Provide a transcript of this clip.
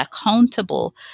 accountable